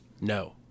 No